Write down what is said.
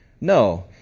No